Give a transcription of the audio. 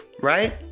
Right